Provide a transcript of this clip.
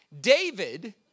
David